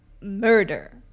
murder